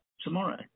tomorrow